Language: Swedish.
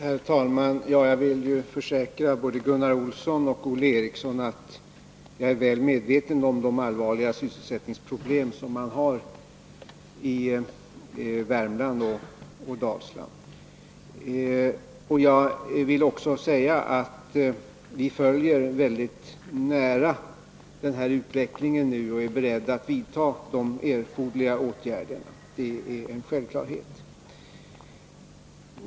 Herr talman! Jag vill försäkra både Gunnar Olsson och Olle Eriksson att jag är väl medveten om de allvarliga sysselsättningsproblem man har i Värmland och Dalsland. Jag vill också säga att vi följer denna utveckling mycket nära och är beredda att vidta erforderliga åtgärder. Det är en självklarhet.